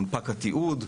מונפק התיעוד,